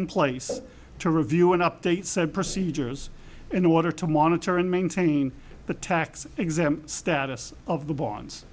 in place to review and update said procedures in order to monitor and maintaining the tax exempt status of the bonds